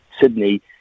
Sydney